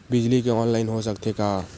बिजली के ऑनलाइन हो सकथे का?